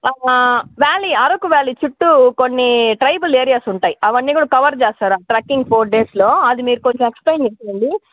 valley Araku valley చుట్టూ కొన్ని tribal areas ఉంటాయి అవన్నీ కూడా కవర్ చేస్తారు ఆ ట్రక్కింగ్ ఫోర్ డేస్లో అది మీరు కొంచెం ఎక్స్ప్లెయిన్ చేసేయండి